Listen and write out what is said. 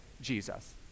Jesus